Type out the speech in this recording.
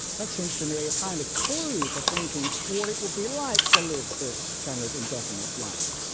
that seems to me a kind of clue to thinking what it will be like to live this kind of indefinite life,